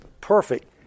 perfect